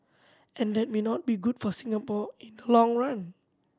and that may not be good for Singapore in the long run